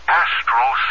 astral